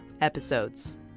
episodes